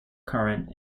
current